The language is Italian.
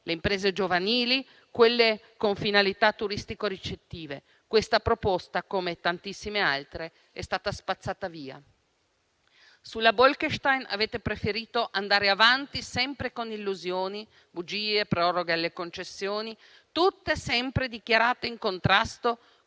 quelle giovanili, con finalità turistico-ricettive. Questa proposta, come tantissime altre, è stata spazzata via. Sulla Bolkestein avete preferito andare avanti sempre con illusioni, bugie e proroghe alle concessioni, tutte sempre dichiarate in contrasto